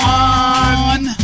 one